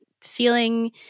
feeling